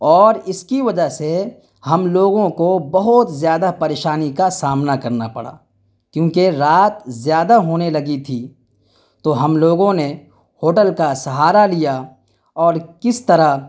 اور اس کی وجہ سے ہم لوگوں کو بہت زیادہ پریشانی کا سامنا کرنا پڑا کیوںکہ رات زیادہ ہونے لگی تھی تو ہم لوگوں نے ہوٹل کا سہارا لیا اور کس طرح